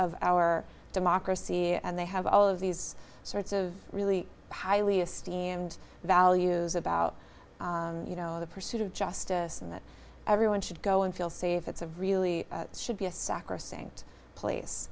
of our democracy and they have all of these sorts of really highly esteemed values about you know the pursuit of justice and that everyone should go and feel safe it's a really should be a sacrosanct place